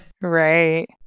Right